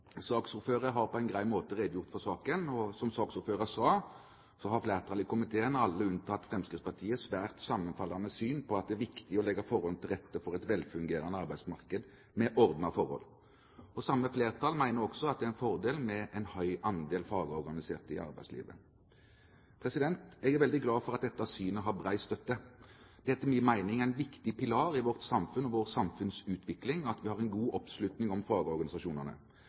har på en grei måte redegjort for saken, og som saksordfører sa, har flertallet i komiteen – alle unntatt Fremskrittspartiet – svært sammenfallende syn på at det er viktig å legge forholdene til rette for et velfungerende arbeidsmarked med ordnede forhold. Samme flertall mener også at det er en fordel med en høy andel fagorganiserte i arbeidslivet. Jeg er veldig glad for at dette synet har bred støtte. Det er etter min mening en viktig pilar i vårt samfunn og vårt samfunns utvikling at vi har en god oppslutning om fagorganisasjonene.